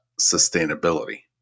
sustainability